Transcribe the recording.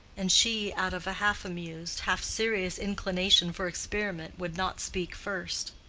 and she, out of a half-amused, half-serious inclination for experiment, would not speak first.